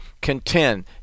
contend